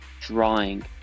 drawing